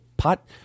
Pot